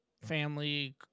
family